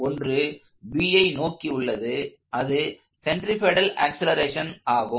ஒன்று Bஐ நோக்கியுள்ளதுஅது சென்டரிபெடல் ஆக்ஸலரேஷனை ஆகும்